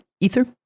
Ether